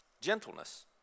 Gentleness